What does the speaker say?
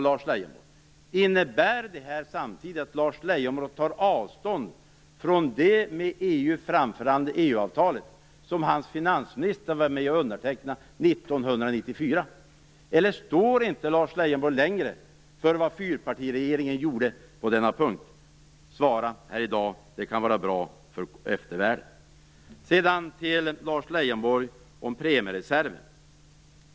Leijonborg samtidigt tar avstånd från det med EU framförhandlade avtalet, som hans finansminister var med och undertecknade 1994? Eller står inte Lars Leijonborg längre för vad fyrpartiregeringen gjorde på denna punkt? Svara i dag, det kan vara bra för eftervärlden att veta! Sedan vill jag vända mig till Lars Leijonborg och tala om premiereserven.